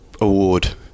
award